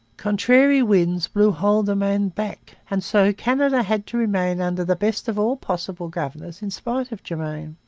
contrary winds blew haldimand back and so canada had to remain under the best of all possible governors in spite of germain.